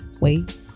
Wait